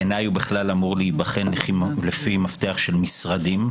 בעיניי הוא בכלל אמור להיבחן לפי מפתח של משרדים,